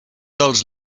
dels